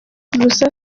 gusa